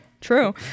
True